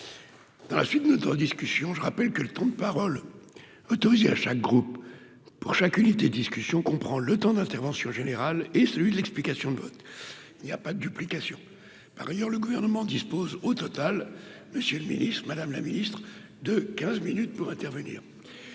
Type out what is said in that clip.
à la suite de notre discussion, je rappelle que le temps de parole autorisée à chaque groupe pour chacune des discussions qu'on prend le temps d'intervention général et celui de l'explication de vote il n'y a pas de duplication, par ailleurs, le gouvernement dispose au total, monsieur le Ministre, Madame la Ministre, de 15 minutes pour intervenir,